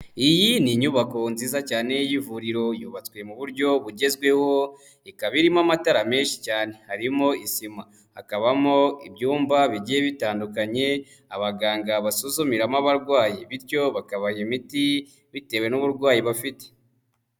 Iyi ni inyubako nziza cyane y'ivuriro yubatswe mu buryo bugezweho, ikaba irimo amatara menshi cyane, harimo isima, hakabamo ibyumba bigiye bitandukanye abaganga basuzumiramo abarwayi bityo bakabaha imiti bitewe n'uburwayi bafite.